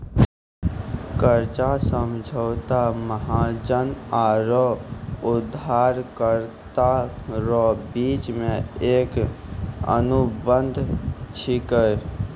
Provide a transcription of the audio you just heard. कर्जा समझौता महाजन आरो उदारकरता रो बिच मे एक अनुबंध छिकै